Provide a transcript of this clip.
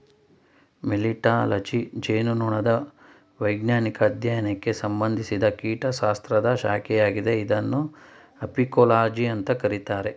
melittology ಜೇನುನೊಣದ ವೈಜ್ಞಾನಿಕ ಅಧ್ಯಯನಕ್ಕೆ ಸಂಬಂಧಿಸಿದ ಕೀಟಶಾಸ್ತ್ರದ ಶಾಖೆಯಾಗಿದೆ ಇದನ್ನು ಅಪಿಕೋಲಜಿ ಅಂತ ಕರೀತಾರೆ